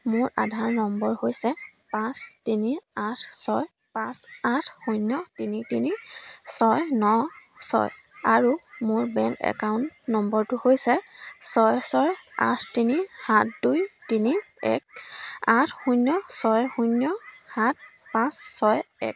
মোৰ আধাৰ নম্বৰ হৈছে পাঁচ তিনি আঠ ছয় পাঁচ আঠ শূন্য তিনি তিনি ছয় ন ছয় আৰু মোৰ বেংক একাউণ্ট নম্বৰটো হৈছে ছয় ছয় আঠ তিনি সাত দুই তিনি এক আঠ শূন্য ছয় শূন্য সাত পাঁচ ছয় এক